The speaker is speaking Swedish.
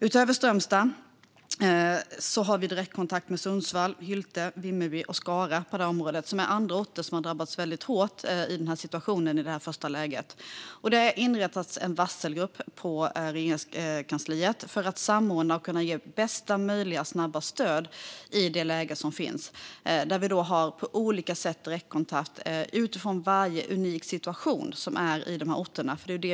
Utöver Strömstad har vi direktkontakt inom detta område med Sundsvall, Hylte, Vimmerby och Skara, som är andra orter som har drabbats väldigt hårt i denna situation i det första skedet. Det har inrättats en varselgrupp på Regeringskansliet för att samordna och kunna ge bästa möjliga och snabba stöd i det läge som råder, där vi på olika sätt har haft direktkontakt utifrån varje situation som är unik för dessa orter.